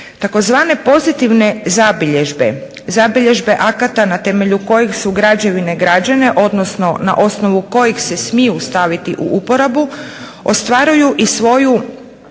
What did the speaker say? Tzv. pozitivne zabilježbe, zabilježbe akata na temelju kojih su građevine građene, odnosno na osnovu kojih se smiju staviti u uporabu ostvaruju i svoju